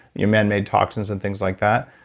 yeah manmade toxins and things like that,